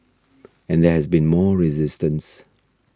and there has been more resistance